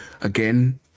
again